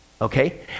Okay